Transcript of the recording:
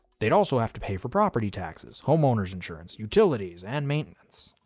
they'd also have to pay for property taxes, homeowners insurance, utilities, and maintenance.